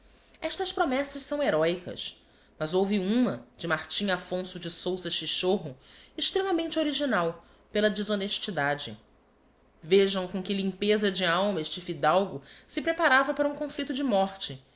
estas promessas são heroicas mas houve uma de martim affonso de sousa chichorro extremamente original pela deshonestidade vejam com que limpeza de alma este fidalgo se preparava para um conflicto de morte